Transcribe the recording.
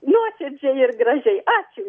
nuoširdžiai ir gražiai ačiū